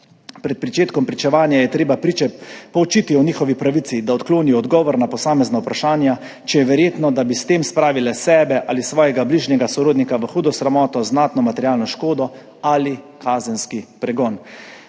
pred pričetkom pričevanja je treba priče poučiti o njihovi pravici, da odklonijo odgovor na posamezna vprašanja, če je verjetno, da bi s tem spravile sebe ali svojega bližnjega sorodnika v hudo sramoto, znatno materialno škodo ali kazenski pregon.